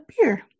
beer